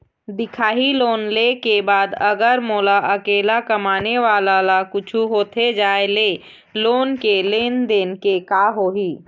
दिखाही लोन ले के बाद अगर मोला अकेला कमाने वाला ला कुछू होथे जाय ले लोन के लेनदेन के का होही?